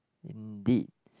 indeed